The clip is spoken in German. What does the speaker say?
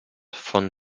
von